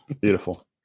Beautiful